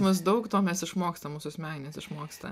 mus daug to mes išmokstam mūsų smegenys išmoksta